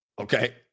Okay